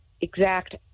exact